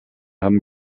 haben